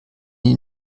die